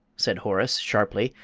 said horace, sharply,